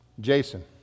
Jason